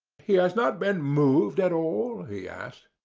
he has not been moved at all? he asked.